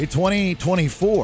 2024